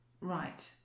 Right